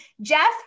Jeff